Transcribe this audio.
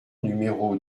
numéro